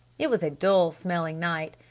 it was a dull-smelling night.